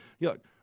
look